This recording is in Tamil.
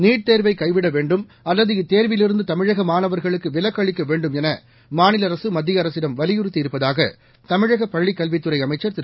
நீட் தேர்வை எகவிட வேண்டும் அல்லது இத்தேர்விலிருந்து தமிழக மாணவர்களுக்கு விலக்களிக்க வேண்டும் என மாநில அரக மத்திய அரசிடம் வலியுறத்தியிருப்பதாக தமிழக பள்ளிக் கல்வித்தறை அமைச்சர் திரு